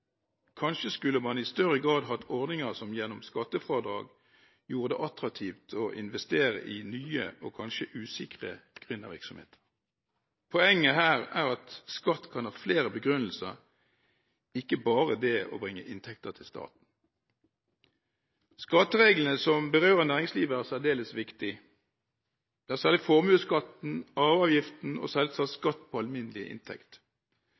Kanskje skulle man i større grad hatt ordninger som gjennom skattefradrag gjorde det attraktivt å investere i nye og kanskje usikre gründervirksomheter. Poenget her er at skatt kan ha flere begrunnelser og ikke bare det å bringe inntekter til staten. Skattereglene som berører næringslivet, er særdeles viktig – særlig formuesskatten, arveavgiften og selvsagt skatt på alminnelig inntekt.